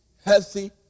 healthy